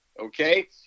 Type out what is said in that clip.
Okay